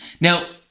Now